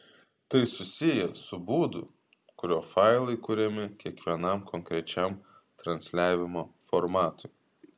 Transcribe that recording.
tai susiję su būdu kuriuo failai kuriami kiekvienam konkrečiam transliavimo formatui